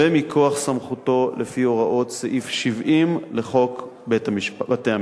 ומכוח סמכותו לפי הוראות סעיף 70 לחוק בתי-המשפט.